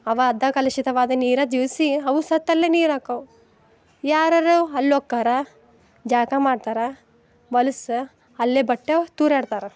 ಅವಾ ಅದ್ದ ಕಲುಶಿತವಾದ ನೀರು ಜೀವಿಸಿ ಅವು ಸತ್ತಲ್ಲೆ ನೀರು ಆಕಾವು ಯಾರರೋ ಅಲ್ಲೋಕ್ಕಾರ ಜಳಕ ಮಾಡ್ತಾರೆ ವಲ್ಸೆ ಅಲ್ಲೇ ಬಟ್ಟೆ ತೂರ್ಯಾಡ್ತಾರೆ